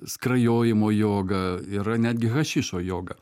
skrajojimo joga yra netgi hašišo joga